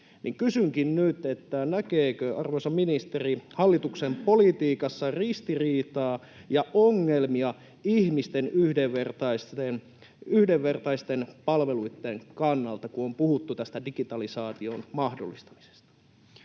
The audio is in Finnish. Kysynkin nyt: näkeekö arvoisa ministeri hallituksen politiikassa ristiriitaa ja ongelmia ihmisten yhdenvertaisten palveluitten kannalta, kun on puhuttu tästä digitalisaation mahdollistamisesta?